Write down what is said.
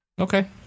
Okay